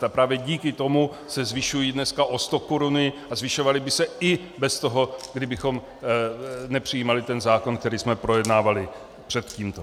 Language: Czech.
A právě díky tomu se zvyšují dneska o stokoruny a zvyšovaly by se i bez toho, kdybychom nepřijímali ten zákon, který jsme projednávali před tímto.